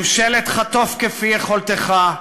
ממשלת חטוף-כפי-יכולתך,